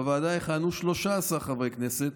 בוועדה יכהנו 13 חברי כנסת,